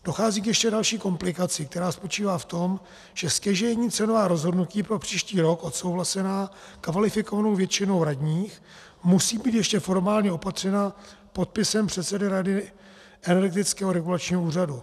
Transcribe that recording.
Dochází ještě k další komplikaci, která spočívá v tom, že stěžejní cenová rozhodnutí pro příští rok odsouhlasená kvalifikovanou většinou radních musí být ještě formálně opatřena podpisem předsedy Rady Energetického regulačního úřadu.